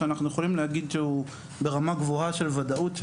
שאנחנו יכולים להגיד שהוא ברמה גבוהה של ודאות,